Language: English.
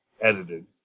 edited